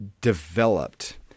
developed